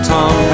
Tom